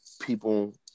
people